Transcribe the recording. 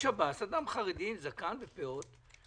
אדם חרדי עם זקן ופאות,